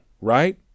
right